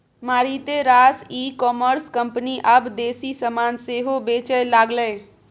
मारिते रास e commerce company आब देसी समान सेहो बेचय लागलै